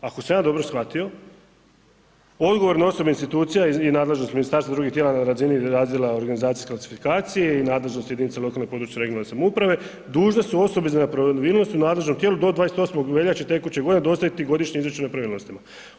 Ako sam ja dobro shvatio, odgovorne osobe institucija i nadležnost ministarstva i drugih tijela na razini razdjela organizacijske klasifikacije i nadležnosti jedinica lokalne, područne (regionalne) samouprave dužne su osobi za nepravilnosti u nadležnom tijelu do 28. veljače tekuće godine dostaviti godišnje izvješće o nepravilnostima.